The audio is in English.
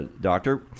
doctor